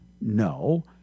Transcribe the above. no